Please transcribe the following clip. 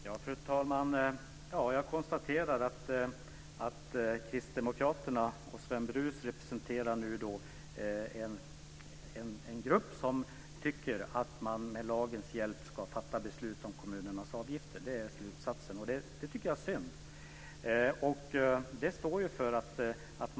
Fru talman! Jag konstaterar att kristdemokraterna inklusive Sven Brus tillhör en grupp som med lagens hjälp vill fatta beslut om kommunernas avgifter. Det är den slutsats som jag måste dra. Jag tycker att det är synd.